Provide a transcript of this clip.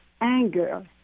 anger